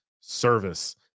service